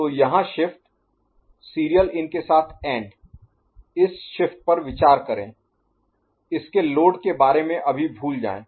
तो यहाँ shift serial in के साथ एंड इस शिफ्ट पर विचार करें इसके लोड के बारे में अभी भूल जाएं